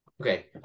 Okay